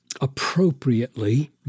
appropriately